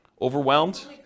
Overwhelmed